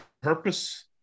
purpose